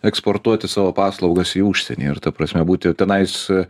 eksportuoti savo paslaugas į užsienį ir ta prasme būti tenais